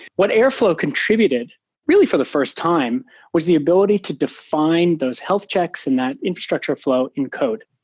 what airflow contributed really for the first time was the ability to define those health checks and that infrastructure flow in code,